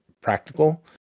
practical